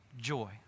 joy